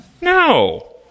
No